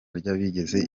ry’abagize